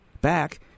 back